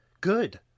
Good